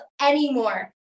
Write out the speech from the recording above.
anymore